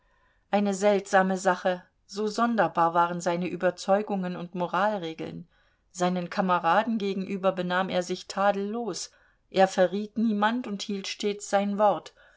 eine seltsame sache so sonderbar waren seine überzeugungen und moralregeln seinen kameraden gegenüber benahm er sich tadellos er verriet niemand und hielt stets sein wort